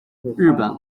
日本